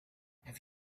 have